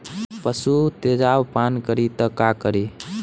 पशु तेजाब पान करी त का करी?